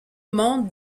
mon